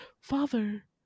father